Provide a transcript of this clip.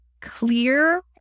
clear